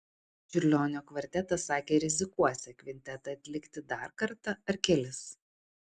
čiurlionio kvartetas sakė rizikuosią kvintetą atlikti dar kartą ar kelis